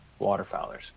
waterfowlers